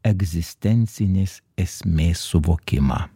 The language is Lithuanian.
egzistencinės esmės suvokimą